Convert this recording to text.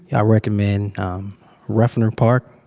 yeah recommend um ruffner park.